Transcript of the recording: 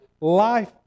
life